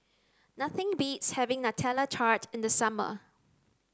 nothing beats having nutella tart in the summer